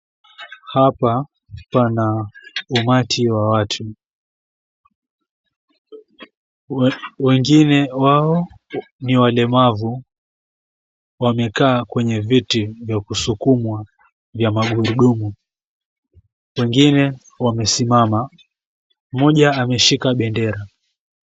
Hapa pana umati wa watu, wengine wao ni walemavu, wamekaa kwenye viti vya kusukumwa vya magurudumu. Wengine wamesimama, mmoja ameshika bendera.